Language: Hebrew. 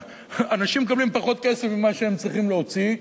אנשים מקבלים פחות כסף ממה שהם צריכים להוציא.